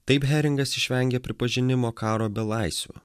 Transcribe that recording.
taip heringas išvengė pripažinimo karo belaisvių